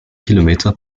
kilometer